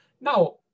Now